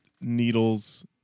Needles